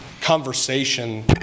conversation